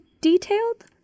detailed